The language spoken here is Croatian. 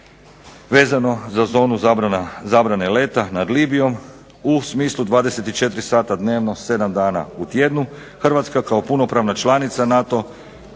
vezano za zonu zabrane leta nad Libijom u smislu 24 sata dnevno 7 dana u tjednu Hrvatska kao punopravna članica NATO